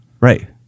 Right